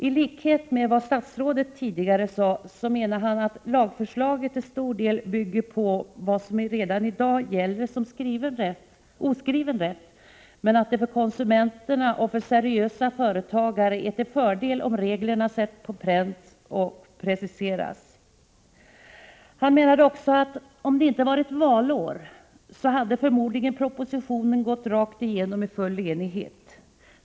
I likhet med vad statsrådet tidigare sade, menade han att lagförslaget till stor del bygger på vad som redan i dag gäller som oskriven rätt men att det för konsumenterna och för seriösa företagare är till fördel om reglerna sätts på pränt och preciseras. Denne näringslivsföreträdare menade också att om det inte hade varit valår hade riksdagen förmodligen i full enighet bifallit propositionen.